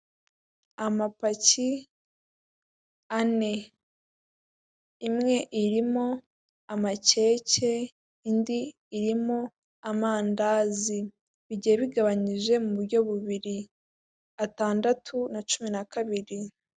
Amapaki ane imwe irimo amakeke indi irimo amandazi. Bigiye bigabanyije mu buryo bubiri atandatu na cumi na kabiri.